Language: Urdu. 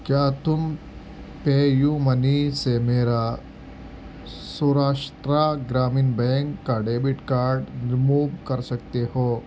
کیا تم پے یو منی سے میرا سوراشٹرا گرامین بینک کا ڈیبٹ کارڈ ریموو کر سکتے ہو